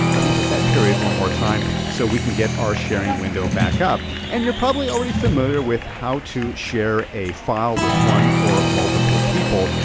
let me hit that period one more time so we can get our sharing window back up. and you're probably already familiar with how to share a file with one or multiple people,